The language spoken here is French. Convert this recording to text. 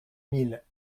mille